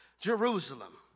Jerusalem